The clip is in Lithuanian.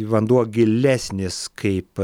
vanduo gilesnis kaip